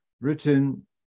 written